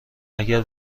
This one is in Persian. اگر